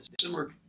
similar